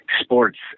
Sports